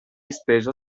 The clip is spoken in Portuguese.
esteja